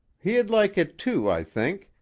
he'd like it, too, i think,